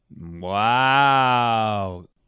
Wow